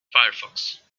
firefox